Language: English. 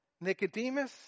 Nicodemus